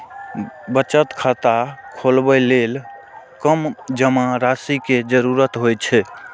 महिला बचत खाता खोलबै लेल कम जमा राशि के जरूरत होइ छै